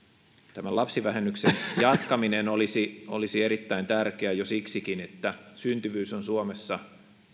tämän lapsivähennyksen jatkaminen olisi olisi erittäin tärkeää jo siksikin että syntyvyys on suomessa